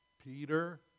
Peter